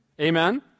Amen